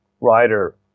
rider